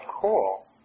cool